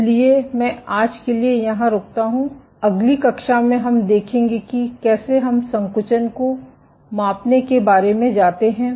इसलिए मैं आज के लिए यहां रुकता हूं अगली कक्षा में हम देखेंगे कि कैसे हम संकुचन को मापने के बारे में जाते हैं